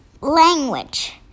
language